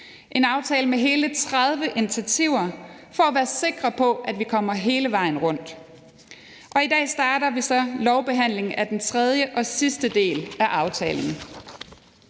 en aftale med hele 30 initiativer for at være sikre på, at vi kommer hele vejen rundt, og i dag starter vi så lovbehandlingen af den tredje og sidste del af aftalen.